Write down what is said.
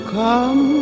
come